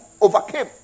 overcame